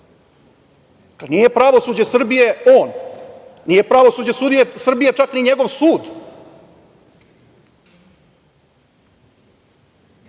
nije pravosuđe Srbije on, nije pravosuđe Srbije čak ni njegov sud?